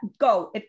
Go